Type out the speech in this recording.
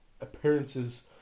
appearances